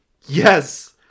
yes